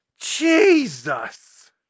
Jesus